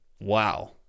wow